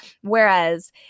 Whereas